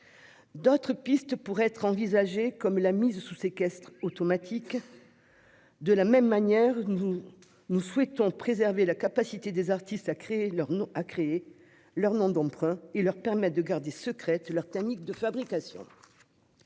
D'autres pistes pourraient être envisagées, comme la mise sous séquestre automatique. De la même manière, nous souhaitons préserver la capacité des artistes à créer leur nom d'emprunt et leur permettre de garder secrètes leurs techniques de fabrication.